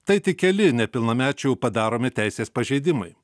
tai tik keli nepilnamečių padaromi teisės pažeidimai